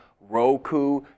Roku